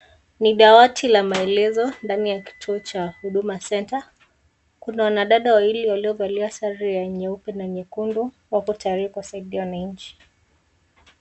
Ni dawati la maelezo ndani ya kituo cha huduma centre . Kuna wanadada wawili waliovalia sare ya nyeupe na nyekundu wapo tayari kuwasaidia wananchi.